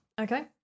okay